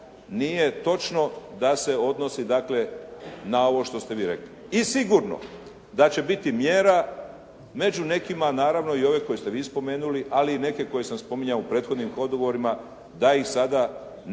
nije točno da se odnosi dakle na ovo što ste vi rekli. I sigurno da će biti mjera među nekima naravno koje ste vi spomenuli, ali i neke koje sam spominjao u prethodnim odgovorima da ih sada ne